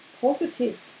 positive